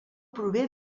prové